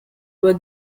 were